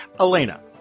Elena